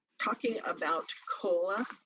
talking about cola,